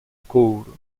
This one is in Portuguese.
couro